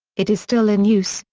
it is still in use,